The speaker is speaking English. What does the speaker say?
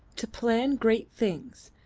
to plan great things,